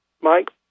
Mike